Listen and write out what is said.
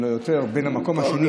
אפילו, אם לא יותר, מן המקום השני.